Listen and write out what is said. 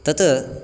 तत्